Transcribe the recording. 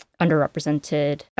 underrepresented